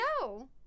No